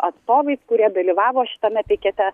atstovais kurie dalyvavo šitame pikete